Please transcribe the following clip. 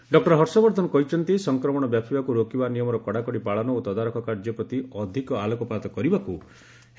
doctor Harshvardhan କହିଛନ୍ତି ସଂକ୍ରମଣ ବ୍ୟାପିବାକୁ ରୋକିବା ନିୟମର କଡ଼ାକଡ଼ି ପାଳନ ଓ ତଦାରଖ କାର୍ଯ୍ୟ ପ୍ରତି ଅଧିକ ଆଲୋକପାତ କରିବାକୁ ହେବ